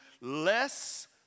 less